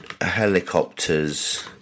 helicopters